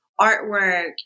artwork